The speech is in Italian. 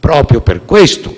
Proprio per questo